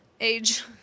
Age